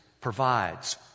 provides